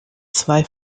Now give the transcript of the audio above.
zwei